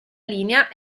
linea